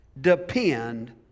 depend